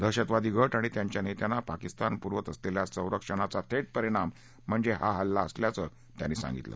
दहशतवादी गट आणि त्यांच्या नेत्यांना पाकिस्तान पुरवत असलेल्या संरक्षणाचा थेट परिणाम म्हणजे हा हल्ला असल्याचं त्यांनी सांगितलं